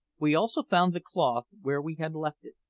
we also found the cloth where we had left it,